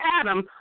Adam